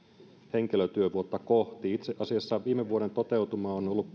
henkilötyövuotta kohti itse asiassa viime vuoden toteutuma on ollut